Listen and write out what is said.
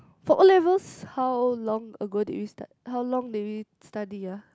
for O-levels how long ago did we start how long did we study ah